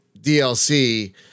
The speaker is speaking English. DLC